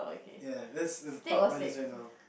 ya that's the top of my list right now